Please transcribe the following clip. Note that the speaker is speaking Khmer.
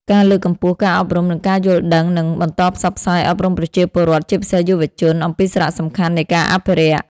ការលើកកម្ពស់ការអប់រំ និងការយល់ដឹងនិង បន្តផ្សព្វផ្សាយអប់រំប្រជាពលរដ្ឋ ជាពិសេសយុវជន អំពីសារៈសំខាន់នៃការអភិរក្ស។